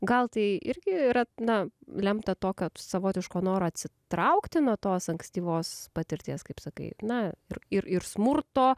gal tai irgi yra na lemta tokio savotiško noro atsitraukti nuo tos ankstyvos patirties kaip sakai na ir ir ir smurto